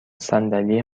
صندلی